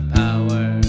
power